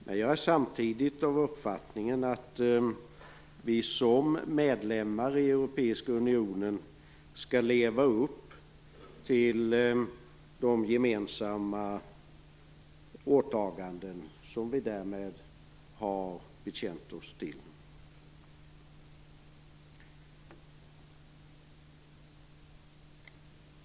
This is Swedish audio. Men jag är samtidigt av den uppfattningen att vi som medlemmar i Europeiska unionen skall leva upp till de gemensamma åtaganden som vi därmed bekänt oss till.